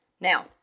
Now